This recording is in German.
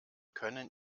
können